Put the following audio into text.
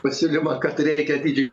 pasiūlymą kad reikia atidžiai